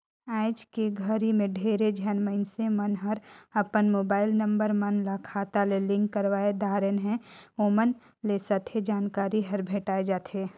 आइज के घरी मे ढेरे झन मइनसे मन हर अपन मुबाईल नंबर मन ल खाता ले लिंक करवाये दारेन है, ओमन ल सथे जानकारी हर भेंटाये जाथें